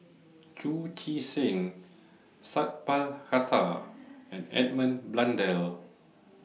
Chu Chee Seng Sat Pal Khattar and Edmund Blundell